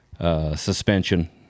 suspension